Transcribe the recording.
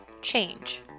Change